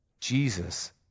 Jesus